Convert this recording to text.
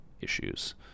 issues